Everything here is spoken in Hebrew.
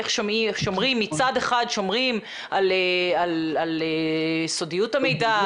איך מצד אחד שומרים על סודיות המידע,